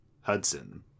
Hudson